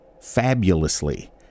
fabulously